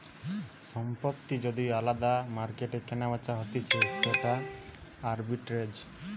সম্পত্তি যদি আলদা মার্কেটে কেনাবেচা হতিছে সেটা আরবিট্রেজ